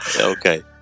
okay